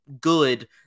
good